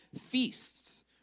feasts